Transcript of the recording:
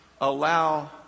allow